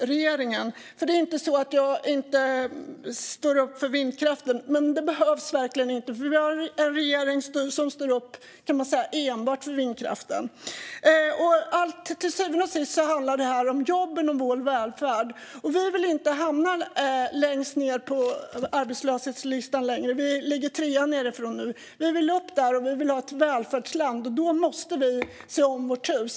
Det är inte så att jag inte står upp för vindkraften. Men det behövs verkligen inte, för vi har en regering som står upp enbart, kan man säga, för vindkraften. Till syvende och sist handlar det här om jobben och om vår välfärd. Vi vill inte hamna längst ned på arbetslöshetslistan. Sverige ligger trea nedifrån nu. Vi vill upp på listan, och vi vill ha ett välfärdsland. Och då måste vi se om vårt hus.